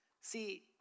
See